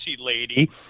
lady